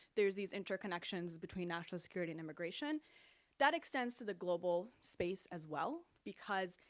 there's these interconnections between national security and immigration that extends to the global space as well, because